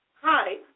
Hi